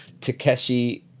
takeshi